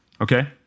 okay